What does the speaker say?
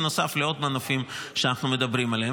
בנוסף לעוד מנופים שאנחנו מדברים עליהם.